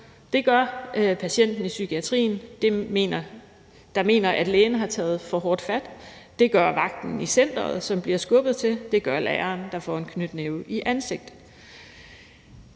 Det gør patienten i psykiatrien, der mener, at lægen har taget for hårdt fat; det gør vagten i centeret, som bliver skubbet til; og det gør læreren, der får en knytnæve i ansigtet.